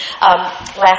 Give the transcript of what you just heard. Last